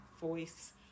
voice